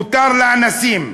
מותר לאנסים,